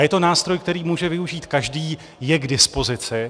Je to nástroj, který může využít každý, je k dispozici.